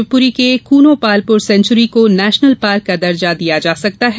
शिवपुरी के कूनो पालपुर सेन्वुरी को national park का दर्जा दिया जा सकता है